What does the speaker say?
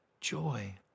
joy